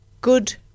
good